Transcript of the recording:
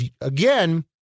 again